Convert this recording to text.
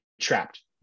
trapped